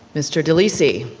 mr. delisi.